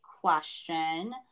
question